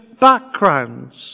backgrounds